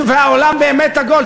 והעולם באמת עגול.